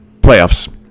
playoffs